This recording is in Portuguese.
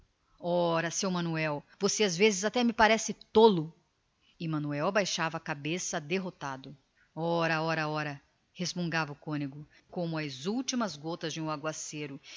ora seu compadre você às vezes até me parece tolo manuel abaixou a cabeça derrotado ora ora ora respingava o sacerdote como as últimas gotas de um aguaceiro